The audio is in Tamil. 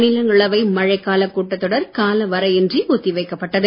மாநிலங்களவை மழைக்கால கூட்டத்தொடர் காலவரையின்றி ஒத்தி வைக்கப்பட்டது